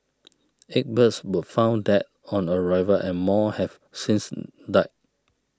eight birds were found dead on arrival and more have since died